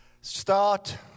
Start